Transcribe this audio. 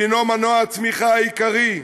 שהוא מנוע הצמיחה העיקרי,